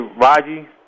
Raji